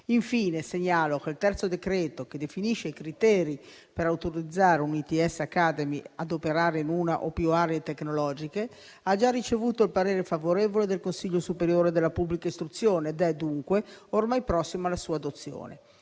Infine segnalo che il terzo decreto, che definisce i criteri per autorizzare un ITS Academy ad operare in una o più aree tecnologiche, ha già ricevuto il parere favorevole del Consiglio superiore della pubblica istruzione ed è dunque ormai prossimo alla sua adozione.